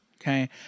okay